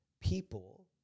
people